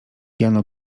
jano